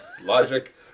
Logic